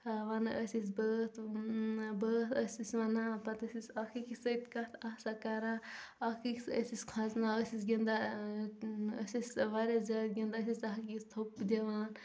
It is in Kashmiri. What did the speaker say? ونان ٲسۍ أسۍ بٲتھ اۭن بٲتھ ٲسۍ أسۍ ونان پتہٕ ٲسۍ أسۍ اکھ أکِس سۭتۍ کتھ آسان کران اکھ أکِس ٲسۍ أسۍ کھۄژناوان أسۍ ٲسۍ گِنٛدان اۭں أسۍ ٲسۍ وریاہ زیادٕ گِنٛدان أسۍ ٲسۍ اکھ أکِس تھوپ تہِ دِوان